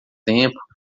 tempo